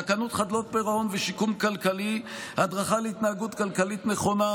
תקנות חדלות פירעון ושיקום כלכלי (הדרכה להתנהגות כלכלית נכונה),